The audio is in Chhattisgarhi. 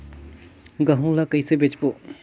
गहूं ला कइसे बेचबो?